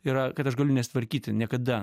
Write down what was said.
yra kad aš galiu nesitvarkyti niekada